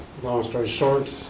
long story short,